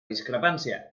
discrepància